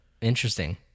interesting